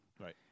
right